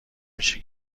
میشه